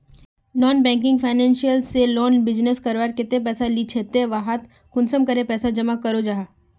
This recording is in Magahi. नॉन बैंकिंग फाइनेंशियल से लोग बिजनेस करवार केते पैसा लिझे ते वहात कुंसम करे पैसा जमा करो जाहा?